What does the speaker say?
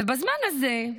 ובזמן הזה,